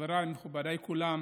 חבריי ומכובדיי כולם,